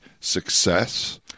success